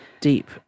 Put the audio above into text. deep